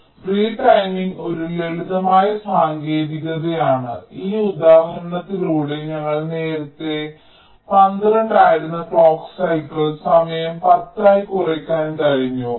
അതിനാൽ റിടൈമിങ് ഒരു ലളിതമായ സാങ്കേതികതയാണ് ഈ ഉദാഹരണത്തിലൂടെ ഞങ്ങൾ നേരത്തേ 12 ആയിരുന്ന ക്ലോക്ക് സൈക്കിൾ സമയം 10 ആയി കുറയ്ക്കാൻ കഴിഞ്ഞു